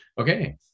Okay